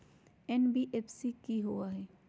NBFC कि होअ हई?